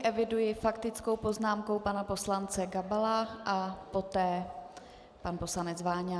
Eviduji faktickou poznámku pana poslance Gabala a poté pan poslanec Váňa.